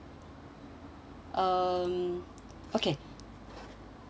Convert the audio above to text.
um okay